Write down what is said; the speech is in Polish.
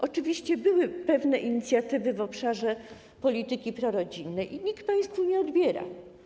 Oczywiście były pewne inicjatywy w obszarze polityki prorodzinnej i nikt państwu nie odbiera.